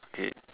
okay